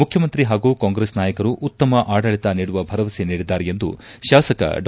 ಮುಖ್ಯಮಂತ್ರಿ ಪಾಗೂ ಕಾಂಗ್ರೆಸ್ ನಾಯಕರು ಉತ್ತಮ ಆಡಳಿತ ನೀಡುವ ಭರವಸೆ ನೀಡಿದ್ದಾರೆ ಎಂದು ಶಾಸಕ ಡಾ